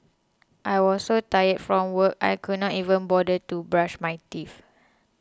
I was so tired from work I could not even bother to brush my teeth